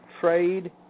trade